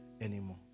anymore